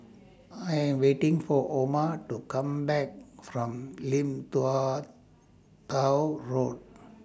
I Am waiting For Oma to Come Back from Lim Tua Tow Road